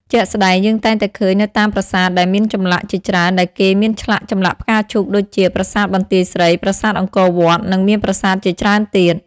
ជាក់ស្តែងយើងតែងតែឃើញនៅតាមប្រាសាទដែលមានចម្លាក់ជាច្រើនដែលគេមានឆ្លាក់ចម្លាក់ផ្កាឈូកដូចជា ប្រាសាទបន្ទាយស្រី ប្រាសាទអង្គរវត្ត និងមានប្រាសាទជាច្រើនទៀត។